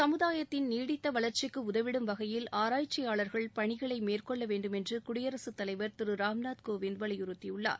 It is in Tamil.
சமுதாயத்தின் நீடித்த வளர்ச்சிக்கு உதவிடும் வகையில் ஆராய்ச்சியாளர்கள் பணிகளை மேற்கொள்ள வேண்டும் என்று குடியரசுத் தலைவர் திரு ராம்நாத் கோவிந்த் வலியுறுத்தியுள்ளார்